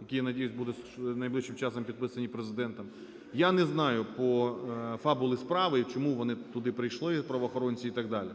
які, я надіюсь, будуть найближчим часом підписані Президентом. Я не знаю, по… фабули справи, чому вони туди прийшли, правоохоронці і так далі,